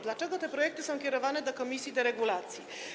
Dlaczego te projekty są kierowane do komisji do spraw deregulacji?